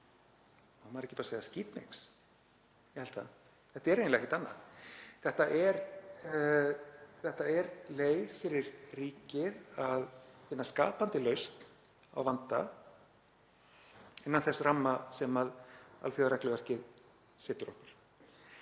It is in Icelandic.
— á maður ekki að segja skítamix? Ég held það. Þetta er eiginlega ekkert annað. Þetta er leið fyrir ríkið til að finna skapandi lausn á vanda innan þess ramma sem alþjóðaregluverk setur okkur.